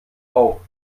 auf